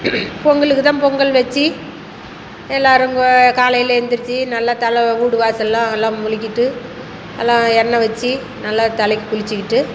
பொங்கலுக்கு தான் பொங்கல் வச்சு எல்லாருங்க காலையில் எழுந்திரிச்சு நல்லா தலை வீடு வாசல்லாம் நல்லா முழுக்கிட்டு நல்லா எண்ணெய் வச்சு நல்லா தலைக்கு குளிச்சிக்கிட்டு